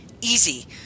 easy